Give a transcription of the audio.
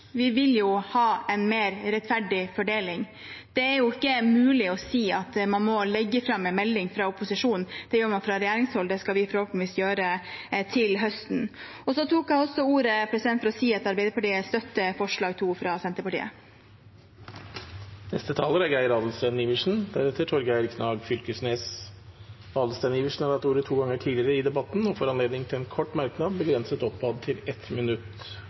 Vi vil ha en mer rettferdig fordeling. Det er ikke mulig å si at man må legge fram en melding fra opposisjonen. Det gjør man fra regjeringshold. Det skal vi forhåpentligvis gjøre til høsten. Så tok jeg også ordet for å si at Arbeiderpartiet støtter forslag nr. 2, fra Senterpartiet. Representanten Geir Adelsten Iversen har hatt ordet to ganger tidligere og får ordet til en kort merknad, begrenset til 1 minutt.